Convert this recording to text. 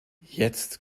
jetzt